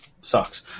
sucks